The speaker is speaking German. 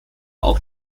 auch